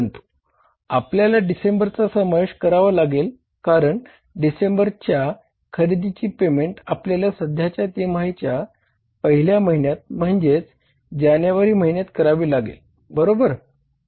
परंतु आपल्याला डिसेंबरचा समावेश करावा लागेल कारण डिसेंबरच्या खरेदीची पेमेंट आपल्याला सध्याच्या तिमाहीच्या पहिल्या महिन्यात म्हणजेच जानेवारी महिन्यात करावी लागेल बरोबर